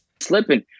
slipping